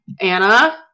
Anna